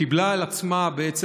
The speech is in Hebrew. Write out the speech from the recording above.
וקיבלה על עצמה מחדש,